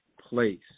place